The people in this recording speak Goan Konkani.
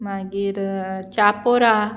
मागीर चापोरा